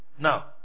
Now